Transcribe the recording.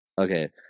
Okay